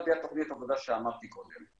על פי תוכנית העבודה שאמרתי קודם,